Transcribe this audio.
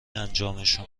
انجامشون